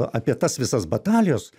apie tas visas batalijos